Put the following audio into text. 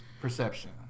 Perception